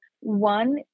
One